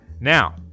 Now